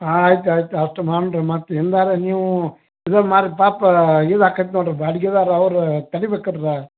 ಹಾಂ ಆಯ್ತು ಆಯ್ತು ಅಷ್ಟು ಮಾಡುಣ ರೀ ಮತ್ತು ಇಲ್ದಾರ ನೀವು ಇದು ಮಾರಿ ಪಾಪಾ ಇದು ಆಕೇತಿ ನೋಡ್ರಿ ಬಾಡ್ಗಿದಾರ ಅವ್ರ ತೆಡಿಬೇಕರ್ದ